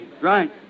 Right